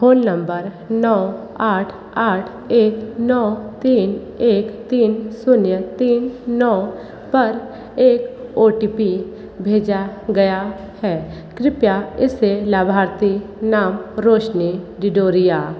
phone number नौ आठ आठ एक नौ तीन एक तीन शून्य तीन नौ पर एक ओ टी पी भेजा गया है कृपया इसे लाभार्थी नाम रोशनी डिडोरिया